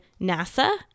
nasa